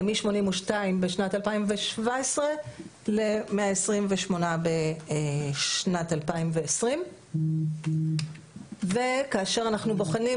מ- 82 בשנת 2017 ל- 128 בשנת 2020 וכאשר אנחנו בוחנים